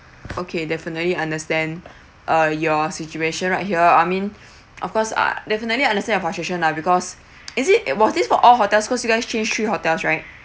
okay definitely understand uh your situation right here I mean of course uh definitely understand your frustration lah because is it was this for all hotels cause you guys change three hotels right